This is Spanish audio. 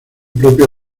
propia